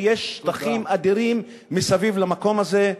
כי יש שטחים אדירים מסביב למקום הזה.